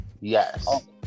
Yes